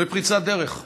זוהי פריצת דרך.